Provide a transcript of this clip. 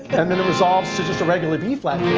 and then it resolves to just a regular b-flat.